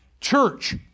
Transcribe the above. church